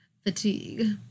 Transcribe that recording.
fatigue